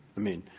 i mean,